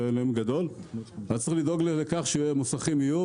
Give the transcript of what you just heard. ולכן צריך לדאוג לכך שהם יתקיימו,